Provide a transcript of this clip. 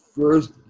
First